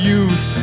use